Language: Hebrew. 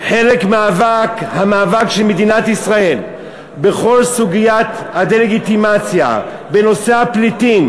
חלק מהמאבק של מדינת ישראל בכל סוגיית הדה-לגיטימציה בנושא הפליטים,